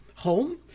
Home